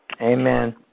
Amen